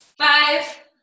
five